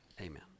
Amen